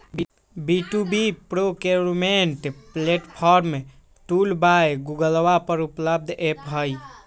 B two B procurement platform tool by गूगलवा पर उपलब्ध ऐप हई